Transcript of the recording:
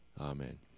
Amen